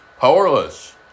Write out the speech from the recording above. Powerless